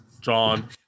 John